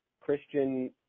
Christian